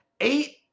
Eight